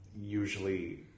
usually